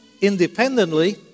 independently